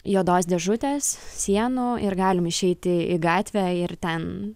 juodos dėžutės sienų ir galim išeiti į gatvę ir ten